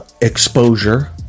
exposure